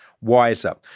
wiser